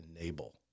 enable